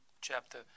chapter